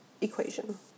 equation